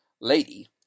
Lady